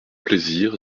plaisir